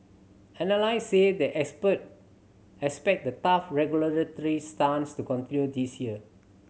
analysts say the expert expect the tough regulatory stance to continue this year